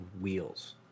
wheels